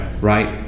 right